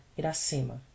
Iracema